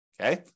Okay